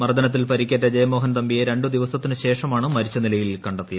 മർദനത്തിൽ പരിക്കേറ്റ ജയമോഹൻ തമ്പിയെ രണ്ടു ദിവസത്തിനുശേഷമാണ് മരിച്ചു നിലയിൽ കണ്ടത്